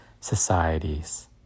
societies